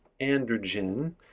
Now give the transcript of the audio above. androgen